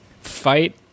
fight